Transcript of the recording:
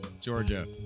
Georgia